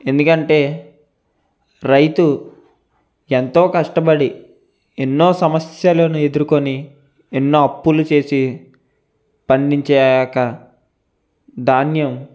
ఎందుకంటే రైతు ఎంతో కష్టపడి ఎన్నో సమస్యలను ఎదుర్కొని ఎన్నో అప్పులు చేసి పండించాక ధాన్యం